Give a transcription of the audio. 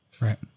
Right